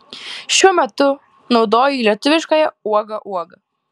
šiuo metu naudoju lietuviškąją uoga uoga